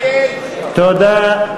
תודה.